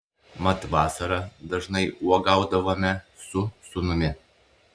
mat vasarą dažnai uogaudavome su sūnumi